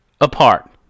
apart